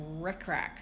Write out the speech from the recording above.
rickrack